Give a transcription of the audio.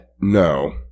No